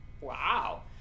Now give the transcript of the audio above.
wow